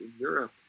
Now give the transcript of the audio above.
Europe